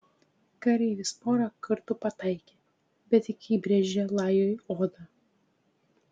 kareivis porą kartų pataikė bet tik įbrėžė lajui odą